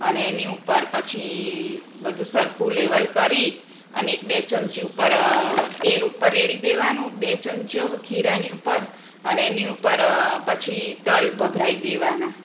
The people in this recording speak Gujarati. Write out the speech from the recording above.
અને એની ઉપર પછી બધું સરખું લેવલ કરી અને એક બે ચમચી ઉપર તેલ ઉપર રેડી દેવાનું બે ચમચીઓ ખીરાની ઉપર અને એની ઉપર પછી તલ ભભરાવી દેવાનાં